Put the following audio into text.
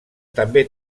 també